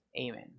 Amen